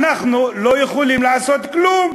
ואנחנו לא יכולים לעשות כלום.